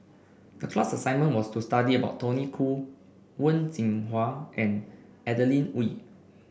the class assignment was to study about Tony Khoo Wen Jinhua and Adeline Ooi